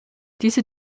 diese